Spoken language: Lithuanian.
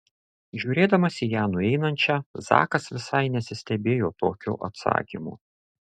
žiūrėdamas į ją nueinančią zakas visai nesistebėjo tokiu atsakymu